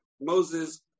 Moses